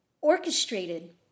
orchestrated